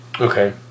okay